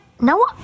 No